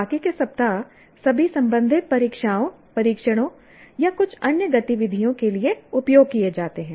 बाकी के सप्ताह सभी संबंधित परीक्षाओं परीक्षणों या कुछ अन्य गतिविधियों के लिए उपयोग किए जाते हैं